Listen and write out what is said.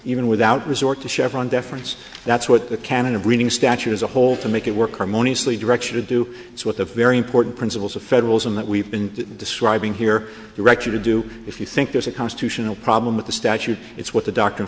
even without resort to chevron deference that's what the canon of reading statute as a whole to make it work harmoniously direction to do so with a very important principles of federalism that we've been describing here director to do if you think there's a constitutional problem with the statute it's what the doctor